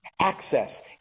Access